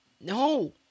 No